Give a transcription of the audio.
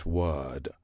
word